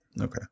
okay